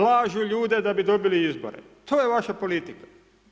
Lažu ljude, da bi dobili izbore, to je vaša politika.